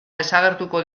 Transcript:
desagertuko